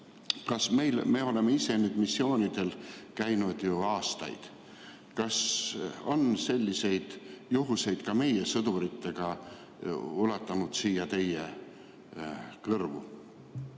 Me oleme ise missioonidel käinud ju aastaid. Kas on selliseid juhuseid ka meie sõduritega, mis on ulatunud siia teie kõrvu,